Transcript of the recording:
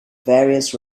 various